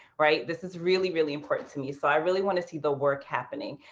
right. this is really, really important to me. so i really want to see the work happening.